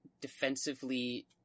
defensively